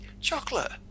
Chocolate